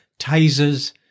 Tasers